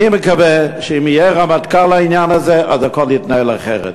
אני מקווה שאם יהיה רמטכ"ל לעניין הזה אז הכול יתנהל אחרת.